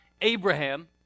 Abraham